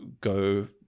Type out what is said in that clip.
go